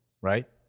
right